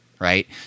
right